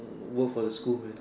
work for the school man